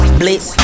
blitz